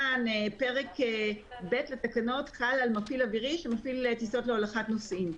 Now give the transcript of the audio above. פרק ב' לתקנות חל על מפעיל אווירי שמפעיל טיסות להולכת נוסעים,